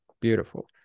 Beautiful